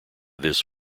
this